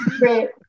Right